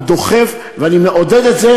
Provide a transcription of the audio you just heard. אני דוחף ואני מעודד את זה,